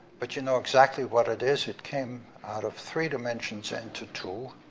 but you know exactly what it is, it came out of three dimensions into two.